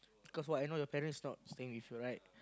cause what I know your parents not staying with her right